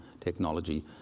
technology